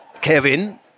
Kevin